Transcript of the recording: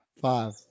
Five